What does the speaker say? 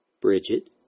Bridget